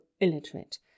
illiterate